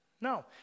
No